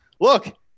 look